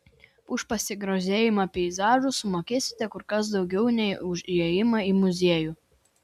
už pasigrožėjimą peizažu sumokėsite kur kas daugiau nei už įėjimą į muziejų